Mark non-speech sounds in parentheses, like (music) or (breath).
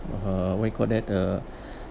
uh what you call that uh (breath)